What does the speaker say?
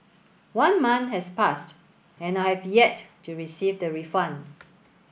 one month has passed and I have yet to receive the refund